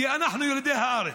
כי אנחנו ילידי הארץ,